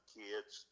kids